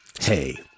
Hey